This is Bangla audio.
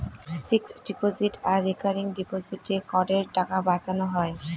ফিক্সড ডিপোজিট আর রেকারিং ডিপোজিটে করের টাকা বাঁচানো হয়